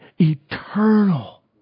eternal